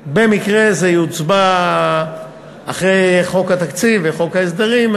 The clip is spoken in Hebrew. הדבר יוצבע אחרי חוק התקציב וחוק ההסדרים,